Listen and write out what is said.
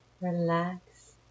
Relax